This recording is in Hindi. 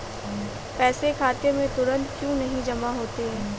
पैसे खाते में तुरंत क्यो नहीं जमा होते हैं?